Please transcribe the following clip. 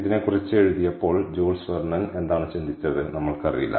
ഇതിനെക്കുറിച്ച് എഴുതിയപ്പോൾ Jules Verne എന്താണ് ചിന്തിച്ചത് നമ്മൾക്ക് അറിയില്ല